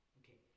okay